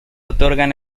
otorgan